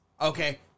Okay